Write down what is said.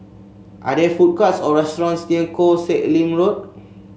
are there food courts or restaurants near Koh Sek Lim Road